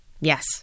Yes